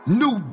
new